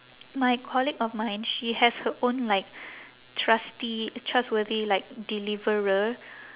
my colleague of mine she has her own like trusty trustworthy like deliverer